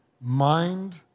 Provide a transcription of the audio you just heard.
mind